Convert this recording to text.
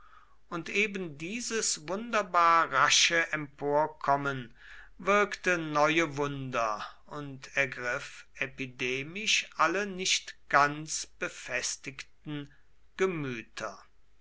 und ebendieses wunderbar rasche emporkommen wirkte neue wunder und ergriff epidemisch alle nicht ganz befestigten gemüter